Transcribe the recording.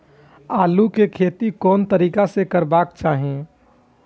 आलु के खेती कोन तरीका से करबाक चाही?